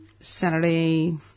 Saturday